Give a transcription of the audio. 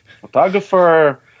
photographer